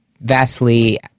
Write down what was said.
vastly